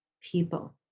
people